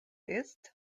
ist